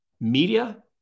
Media